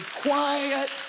quiet